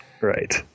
Right